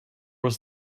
was